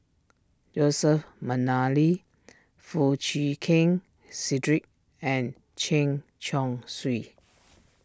Joseph McNally Foo Chee Keng Cedric and Chen Chong Swee